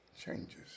changes